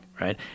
Right